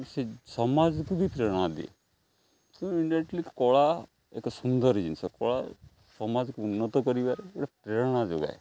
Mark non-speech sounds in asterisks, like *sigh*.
ସେ ସମାଜକୁ ବି ପ୍ରେରଣା ଦିଏ *unintelligible* କଳା ଏକ ସୁନ୍ଦର ଜିନିଷ କଳା ସମାଜକୁ ଉନ୍ନତ କରିବାରେ ଗୋଟେ ପ୍ରେରଣା ଯୋଗାଏ